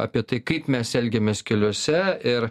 apie tai kaip mes elgiamės keliuose ir